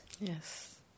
Yes